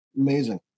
amazing